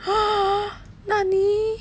那里